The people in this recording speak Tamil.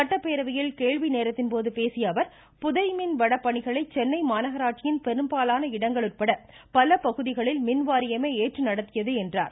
சட்டப்பேரவையில் கேள்வி நேரத்தின்போது பேசிய அவர் புதைமின் வடப் பணிகளை சென்னை மாநகராட்சியின் பெரும்பாலான இடங்கள் உட்பட பல பகுதிகளில் மின்வாரியமே ஏற்று நடத்தியது என்றார்